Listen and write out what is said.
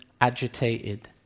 agitated